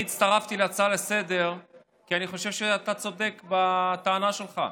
אני הצטרפתי להצעה לסדר-היום כי אני חושב שאתה צודק בטענה שלך.